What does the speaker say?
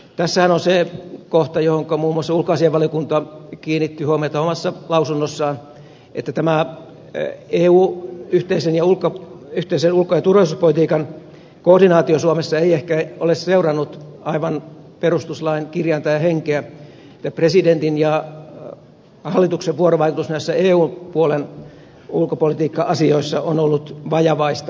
tässähän on se kohta johonka muun muassa ulkoasiainvaliokunta kiinnitti huomiota omassa lausunnossaan että tämä eun yhteisen ulko ja turvallisuuspolitiikan koordinaatio suomessa ei ehkä ole seurannut aivan perustuslain kirjainta ja henkeä ja presidentin ja hallituksen vuorovaikutus näissä eu puolen ulkopolitiikka asioissa on ollut vajavaista